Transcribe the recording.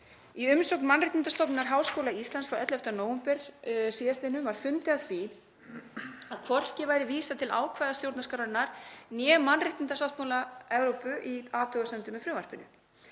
Í umsögn Mannréttindastofnunar Háskóla Íslands frá 11. nóvember síðastliðnum var fundið að því að hvorki væri vísað til ákvæða stjórnarskrárinnar né mannréttindasáttmála Evrópu í athugasemdum með frumvarpinu.